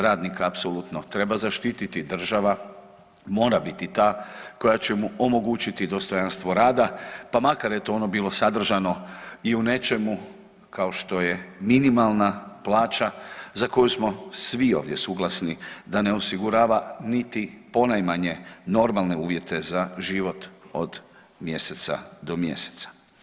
Radnika apsolutno treba zaštititi, država mora biti ta koja će mu omogućiti dostojanstvo rada pa makar eto ono bilo sadržano i u nečemu kao što je minimalna plaća za koju smo svi ovdje suglasni da ne osigurava niti ponajmanje normale uvjete za život od mjeseca do mjeseca.